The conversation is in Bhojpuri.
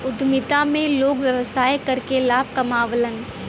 उद्यमिता में लोग व्यवसाय करके लाभ कमावलन